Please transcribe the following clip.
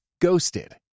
Ghosted